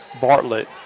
Bartlett